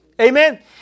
Amen